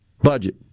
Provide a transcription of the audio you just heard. budget